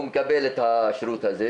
הוא מקבל את השירות הזה,